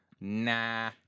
Nah